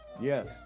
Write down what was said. Yes